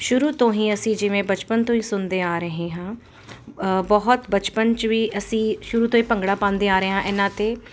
ਸ਼ੁਰੂ ਤੋਂ ਹੀ ਅਸੀਂ ਜਿਵੇਂ ਬਚਪਨ ਤੋਂ ਹੀ ਸੁਣਦੇ ਆ ਰਹੇ ਹਾਂ ਬਹੁਤ ਬਚਪਨ ਚ ਵੀ ਅਸੀਂ ਸ਼ੁਰੂ ਤੋਂ ਹੀ ਭੰਗੜਾ ਪਾਉਂਦੇ ਆ ਰਹੇ ਹਾਂ ਇਹਨਾਂ ਤੇ